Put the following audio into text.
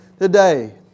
today